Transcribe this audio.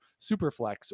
Superflex